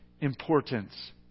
importance